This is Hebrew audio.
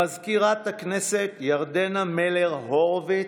מזכירת הכנסת ירדנה מלר-הורוביץ,